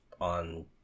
on